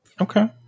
Okay